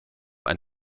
ein